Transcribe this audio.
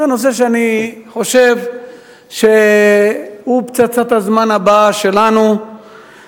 זה נושא שאני חושב שהוא פצצת הזמן הבאה וחבל